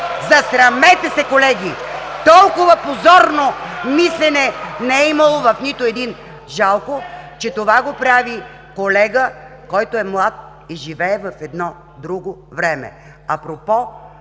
в ГЕРБ.) Толкова позорно мислене не е имало в нито един... Жалко, че това го прави колега, който е млад и живее в едно друго време!